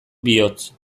bihotz